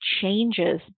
changes